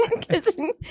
Kissing